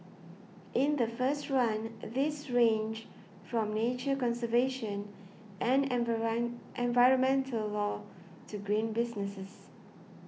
in the first run these ranged from nature conservation and environmental law to green businesses